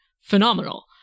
phenomenal